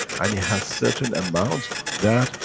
and it has, certain amount that,